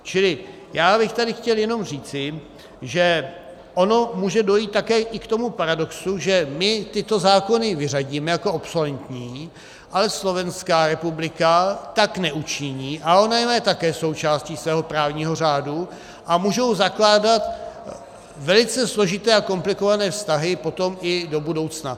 Čili bych tady chtěl jenom říci, že ono může dojít také i k tomu paradoxu, že my tyto zákony vyřadíme jako obsoletní, ale Slovenská republika tak neučiní, ona je má také jako součást svého právního řádu, a můžou zakládat velice složité a komplikované vztahy potom i do budoucna.